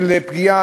של פגיעה,